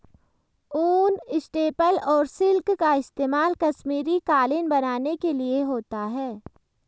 ऊन, स्टेपल और सिल्क का इस्तेमाल कश्मीरी कालीन बनाने के लिए होता है